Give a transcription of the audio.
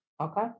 okay